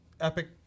Epic